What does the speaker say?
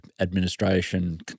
administration